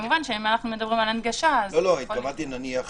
התכוונתי נניח